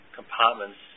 compartments